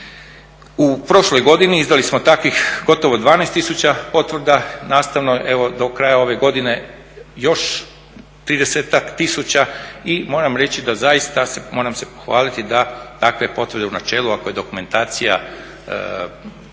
U prošloj godini izdali smo takvih gotovo 12 tisuća potvrda. Nastavno evo do kraja ove godine još tridesetak tisuća i moram reći da zaista, moram se pohvaliti da takve potvrde u načelu ako je dokumentacija